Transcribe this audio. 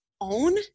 own